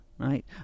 Right